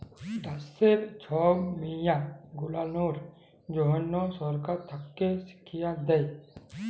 দ্যাশের ছব মিয়াঁ গুলানের জ্যনহ সরকার থ্যাকে শিখ্খা দেই